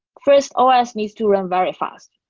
first, ah os needs to run very fast.